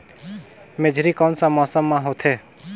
मेझरी कोन सा मौसम मां होथे?